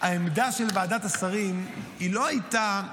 העמדה של ועדת השרים לא הייתה,